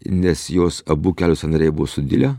nes jos abu kelių sąnariai buvo sudilę